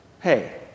Hey